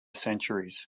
centuries